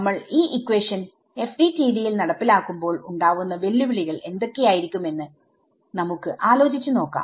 നമ്മൾ ഈ equation FDTD യിൽ നടപ്പിലാക്കുമ്പോൾ ഉണ്ടാവുന്ന വെല്ലുവിളികൾ എന്തൊക്കെയായിരിക്കും എന്ന് നമുക്ക് ആലോചിച്ചു നോക്കാം